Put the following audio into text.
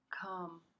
Come